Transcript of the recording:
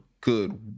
good